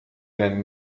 denn